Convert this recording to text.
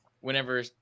whenever